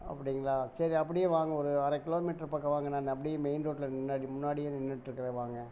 அப்படிங்களா சரி அப்படியே வாங்க ஒரு அரை கிலோமீட்டர் பக்கம் வாங்க நான் அப்படியே மெயின் ரோட்டில் முன்னாடி முன்னாடியே நின்னுட்டுருக்கிறேன் வாங்க